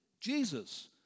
Jesus